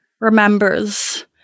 remembers